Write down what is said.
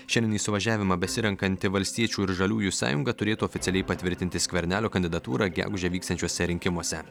šiandien į suvažiavimą besirenkanti valstiečių ir žaliųjų sąjunga turėtų oficialiai patvirtinti skvernelio kandidatūrą gegužę vyksiančiuose rinkimuose